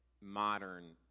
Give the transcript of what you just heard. modern